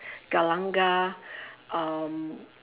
galangal um